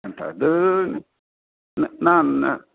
तद् न न